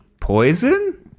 Poison